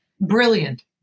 Brilliant